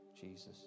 Jesus